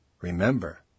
Remember